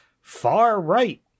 far-right